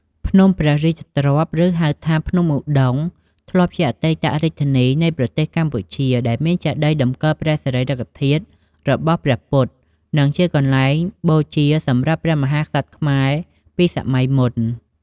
ភ្នំព្រះរាជទ្រព្យ ឬហៅថា ភ្នំឧដុង្គធ្លាប់ជាអតីតរាជធានីនៃប្រទេសកម្ពុជា ដែលមានចេតិយតម្កល់ព្រះសារីរិកធាតុរបស់ព្រះពុទ្ធ និងជាកន្លែងបូជាសម្រាប់ព្រះមហាក្សត្រខ្មែរពីសម័យមុន។